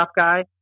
guy